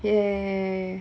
ya